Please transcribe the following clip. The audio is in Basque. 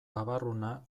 babarruna